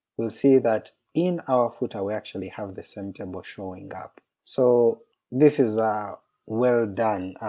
we'll see that in our footer we actually have the same table showing up. so this is well done,